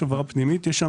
הפנייה הזאת